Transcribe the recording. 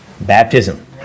Baptism